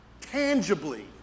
tangibly